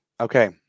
Okay